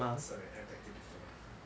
sorry I beg to differ